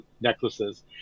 necklaces